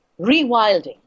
rewilding